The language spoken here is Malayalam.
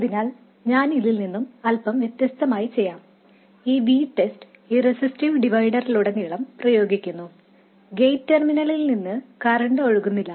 അതിനാൽ ഞാൻ ഇതിൽ നിന്നു അല്പം വ്യത്യസ്തമായി ചെയ്യാം ഈ VTEST ഈ റെസിസ്റ്റീവ് ഡിവൈഡറിലുടനീളം പ്രയോഗിക്കുന്നു ഗേറ്റ് ടെർമിനലിൽ നിന്നു കറൻറ് ഒഴുകുന്നില്ല